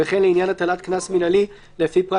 וכן לעניין הטלת קנס מינהלי לפי פרט